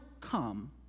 come